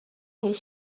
his